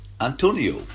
Antonio